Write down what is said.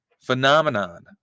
Phenomenon